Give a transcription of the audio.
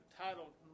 titled